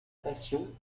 passion